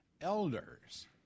elders